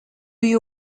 you